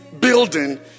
building